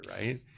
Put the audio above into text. right